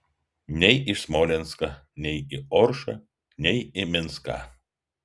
nei į smolenską nei į oršą nei į minską